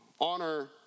honor